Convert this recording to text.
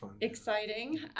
exciting